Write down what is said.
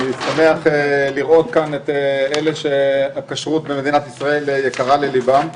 אני שמח לראות כאן את אלה שהכשרות במדינת ישראל יקרה לליבם.